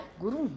Guru